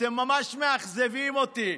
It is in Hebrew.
אתם ממש מאכזבים אותי.